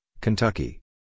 Kentucky